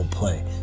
Play